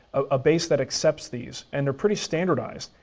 a base that accepts these and they're pretty standardized.